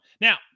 now